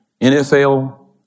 NFL